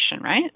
right